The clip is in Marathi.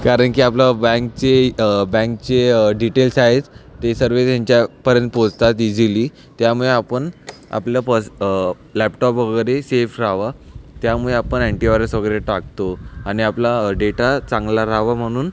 कारण की आपला बँकचे बँकचे डिटेल्स आहेत ते सर्व त्यांच्यापर्यंत पोहोचतात एजिली त्यामुळे आपण आपल्या पस लॅपटॉप वगैरे सेफ राहावा त्यामुळे आपण अँटीव्हायरस वगैरे टाकतो आणि आपला डेटा चांगला राहावा म्हणून